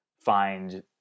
find